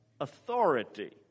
authority